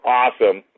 awesome